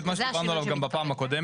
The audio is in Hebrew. אז זה השינוי שמתקבל.